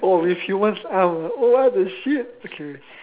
oh with human arms oh what the shit okay